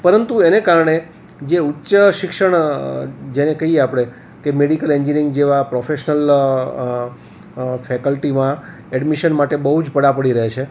પરંતુ એને કારણે જે ઉચ્ચ શિક્ષણ જેને કહીએ આપણે કે મેડિકલ એન્જિનયરિંગ જેવાં પ્રોફેશનલ ફેકલ્ટીમાં એડમિશન માટે બહું જ પડાપડી રહે છે